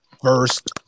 first